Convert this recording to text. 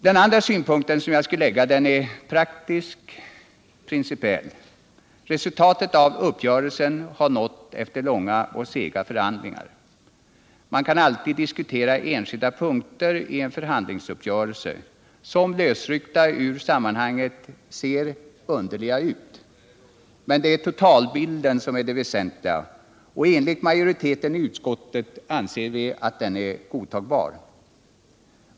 Den andra synpunkten är praktisk, principiell. Resultatet av uppgörelsen har nåtts efter långa och sega förhandlingar. Man kan alltid i en förhandlingsuppgörelse diskutera enskilda punkter som, lösryckta ur sammanhanget, kan te sig underliga. Men det är totalbilden som är det väsentliga, och majoriteten i utskottet anser att den är godtagbar.